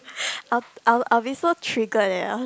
I'll I'll I'll before trigger it else